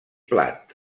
plat